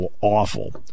awful